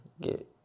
get